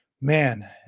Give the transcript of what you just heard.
Man